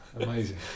amazing